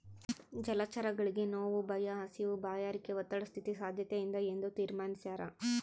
ಜಲಚರಗಳಿಗೆ ನೋವು ಭಯ ಹಸಿವು ಬಾಯಾರಿಕೆ ಒತ್ತಡ ಸ್ಥಿತಿ ಸಾದ್ಯತೆಯಿಂದ ಎಂದು ತೀರ್ಮಾನಿಸ್ಯಾರ